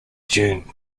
june